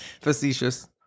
facetious